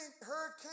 Hurricane